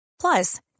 Plus